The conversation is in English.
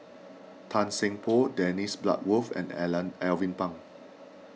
Tan Seng Poh Dennis Bloodworth and Alan Alvin Pang